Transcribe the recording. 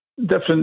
Different